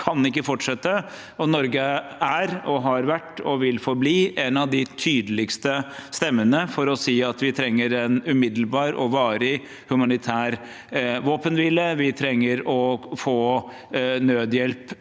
kan ikke fortsette, og Norge er, har vært og vil forbli, en av de tydeligste stemmene for å si at vi trenger en umiddelbar og varig humanitær våpenhvile. Vi trenger å få nødhjelp